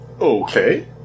Okay